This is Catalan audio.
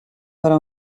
però